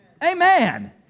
Amen